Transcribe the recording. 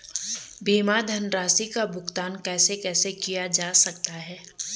बीमा धनराशि का भुगतान कैसे कैसे किया जा सकता है?